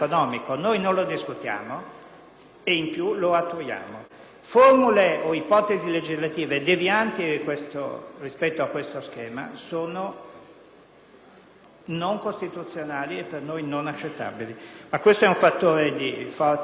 e in più lo attuiamo. Formule o ipotesi legislative devianti rispetto a questo schema sono incostituzionali e per noi inaccettabili. Ma questo è un fattore di forte garanzia per dare